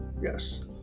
yes